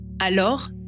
Alors